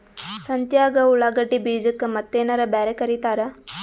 ಸಂತ್ಯಾಗ ಉಳ್ಳಾಗಡ್ಡಿ ಬೀಜಕ್ಕ ಮತ್ತೇನರ ಬ್ಯಾರೆ ಕರಿತಾರ?